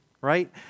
right